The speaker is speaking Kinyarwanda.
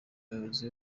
umuyobozi